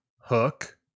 Hook